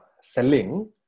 selling